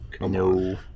No